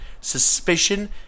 suspicion